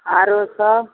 आरो सब